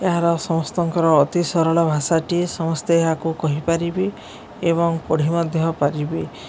ଏହାର ସମସ୍ତଙ୍କର ଅତି ସରଳ ଭାଷାଟି ସମସ୍ତେ ଏହାକୁ କହିପାରିବେ ଏବଂ ପଢ଼ି ମଧ୍ୟ ପାରିବେ